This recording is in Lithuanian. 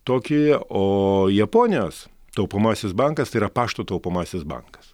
tokijuje o japonijos taupomasis bankas tai yra pašto taupomasis bankas